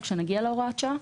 או כשנגיע להוראת השעה?